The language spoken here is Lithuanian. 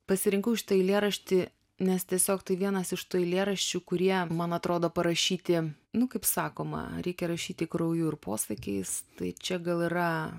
pasirinkau šitą eilėraštį nes tiesiog tai vienas iš tų eilėraščių kurie man atrodo parašyti nu kaip sakoma reikia rašyti krauju ir posakiais tai čia gal yra